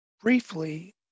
briefly